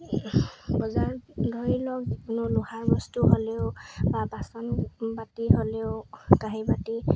বজাৰত ধৰি লওক যিকোনো লোহাৰ বস্তু হ'লেও বা বাচন বাতি হ'লেও কাঁহী বাতি